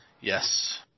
Yes